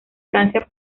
francia